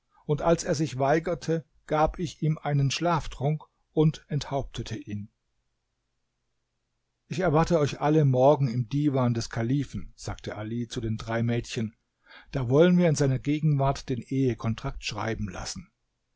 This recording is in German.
und als er sich weigerte gab ich ihm einen schlaftrunk und enthauptete ihn ich erwarte euch alle morgen im diwan des kalifen sagte ali zu den drei mädchen da wollen wir in seiner gegenwart den ehe kontrakt schreiben lassen